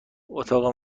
اتاق